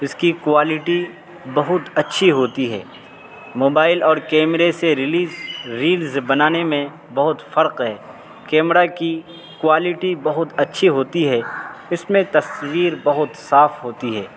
اس کی کوالٹی بہت اچھی ہوتی ہے موبائل اور کیمرے سے ریلیز ریلز بنانے میں بہت فرق ہے کیمرہ کی کوالٹی بہت اچھی ہوتی ہے اس میں تصویر بہت صاف ہوتی ہے